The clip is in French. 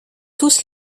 tous